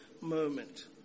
moment